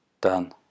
done